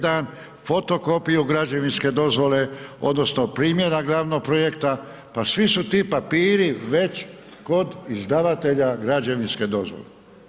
1. fotokopiju građevinske dozvole odnosno primjerak glavnog projekta, pa svi su ti papiri već kod izdavatelja građevinske dozvole.